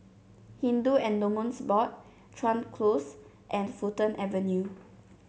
Hindu Endowments Board Chuan Close and Fulton Avenue